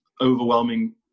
overwhelming